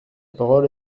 parole